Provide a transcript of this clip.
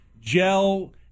gel